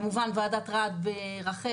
כמובן ועדת --- ורח"ל.